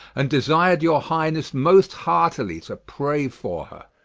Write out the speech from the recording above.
and desir'd your highnesse most heartily to pray for her